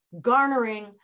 garnering